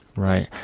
right.